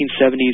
1970s